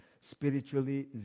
spiritually